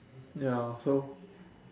ya so